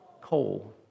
Coal